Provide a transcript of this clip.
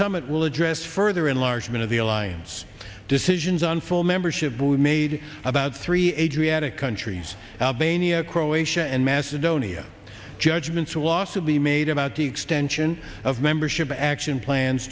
summit will address further enlargement of the alliance decisions on full membership made about three adriatic countries albania croatia and macedonia judgments a loss to be made about the extension of membership action plans